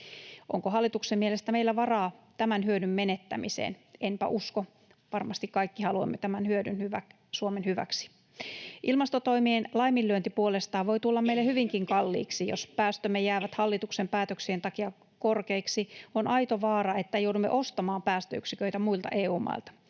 Onko hallituksen mielestä meillä varaa tämän hyödyn menettämiseen? Enpä usko, varmasti kaikki haluamme tämän hyödyn Suomen hyväksi. Ilmastotoimien laiminlyönti puolestaan voi tulla meille hyvinkin kalliiksi. Jos päästömme jäävät hallituksen päätöksien takia korkeiksi, on aito vaara, että joudumme ostamaan päästöyksiköitä muilta EU-mailta.